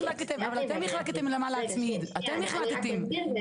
אבל אתם החלטתם למה להצמיד, אתם החלטתם.